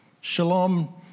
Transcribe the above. shalom